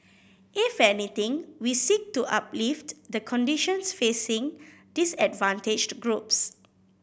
if anything we seek to uplift the conditions facing disadvantaged groups